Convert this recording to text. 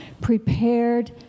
prepared